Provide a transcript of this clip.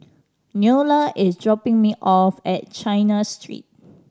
Neola is dropping me off at China Street